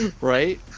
right